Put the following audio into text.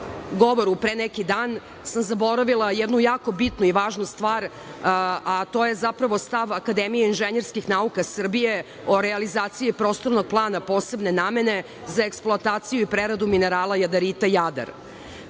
govoru pre neki dan sam zaboravila jednu jako bitnu i važnu stvar, a to je zapravo stav Akademije inženjerskih nauka Srbije o realizaciji Prostornog plana posebne namene za eksploataciju i preradu minerala jadarita Jadar.